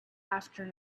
after